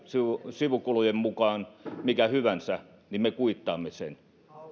sivukulujen mukaan mikä hyvänsä niin me kuittaamme sen